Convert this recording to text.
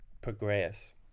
progress